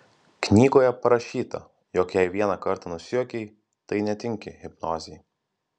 knygoje parašyta jog jei vieną kartą nusijuokei tai netinki hipnozei